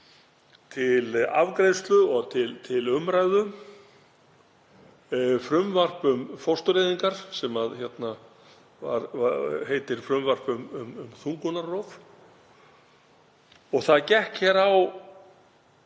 til afgreiðslu og umræðu frumvarp um fóstureyðingar, sem heitir frumvarp um þungunarrof. Það gekk hér á